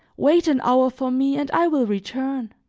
wait an hour for me and i will return.